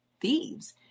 thieves